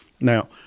Now